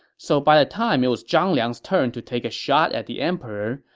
so by the time it was zhang liang's turn to take a shot at the emperor,